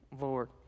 Lord